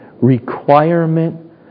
requirement